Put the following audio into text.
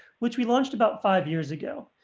which we launched about five years ago.